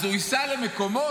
אז הוא ייסע למקומות